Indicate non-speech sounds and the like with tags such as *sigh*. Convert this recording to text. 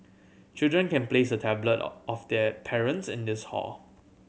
children can place a tablet *unintelligible* of their parents in this hall